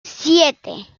siete